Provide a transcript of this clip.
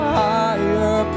higher